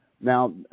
Now